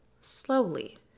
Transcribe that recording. slowly